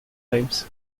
times